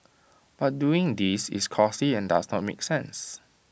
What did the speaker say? but doing this is costly and does not make sense